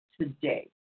today